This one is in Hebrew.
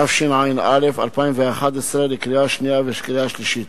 התשע"א 2011, לקריאה שנייה ולקריאה שלישית.